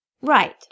Right